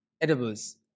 edibles